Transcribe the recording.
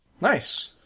Nice